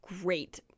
great